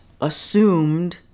assumed